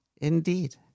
indeed